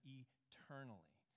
eternally